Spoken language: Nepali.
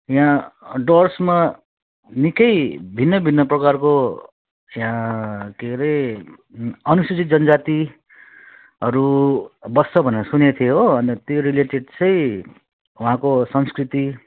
यहाँ डुवर्समा निकै भिन्न भिन्न प्रकारको चिया के रे अनुसूचित जनजाति हरू बस्छ भनेर सुनेको थिएँ हो अनि त त्यो रिलेटेड चाहिँ वहाँको संस्कृति